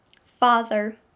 Father